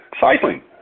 cycling